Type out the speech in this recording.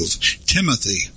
timothy